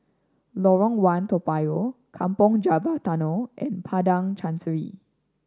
Lorong One Toa Payoh Kampong Java Tunnel and Padang Chancery